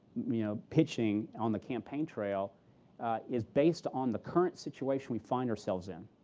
you know, pitching on the campaign trail is based on the current situation we find ourselves in.